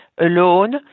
alone